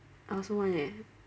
I also want eh